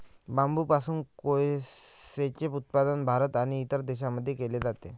बांबूपासून कोळसेचे उत्पादन भारत आणि इतर देशांमध्ये केले जाते